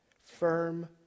Firm